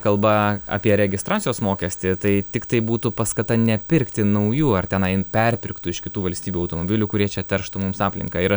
kalba apie registracijos mokestį tai tiktai būtų paskata nepirkti naujų ar tenai perpirktų iš kitų valstybių automobilių kurie čia terštų mums aplinką ir